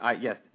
Yes